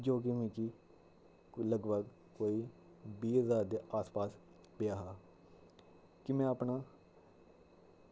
जो कि मिकी लगभग कोई बीह् ज्हार दे आस पास पेआ हा कि में अपना